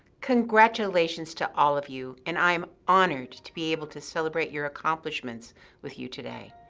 congratulations to all of you. and i am honored to be able to celebrate your accomplishments with you today.